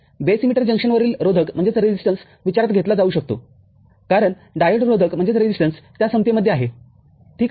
base emitter जंक्शनवरील रोधक विचारात घेतला जाऊ शकतो कारण डायोड रोधकत्या समतेमध्ये आहे ठीक आहे